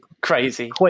crazy